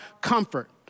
comfort